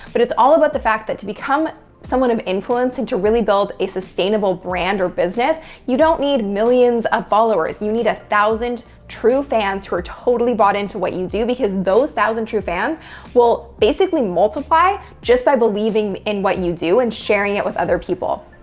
but it's all about the fact that to become someone of influence and to really build a sustainable brand or business, you don't need millions of followers. you need a thousand true fans who are totally bought into what you do, because those thousand true fans will basically multiply just by believing in what you do and sharing it with other people.